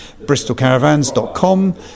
bristolcaravans.com